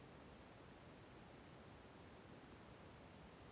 ವಿಮೆ ಮಾಡಿಸಿದ ಬಳಿಕ ನಾನು ಲೋನ್ ಪಡೆಯಬಹುದಾ?